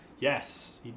Yes